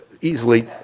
Easily